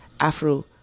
Afro